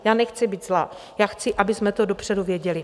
Já nechci být zlá, já chci, abychom to dopředu věděli.